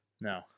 No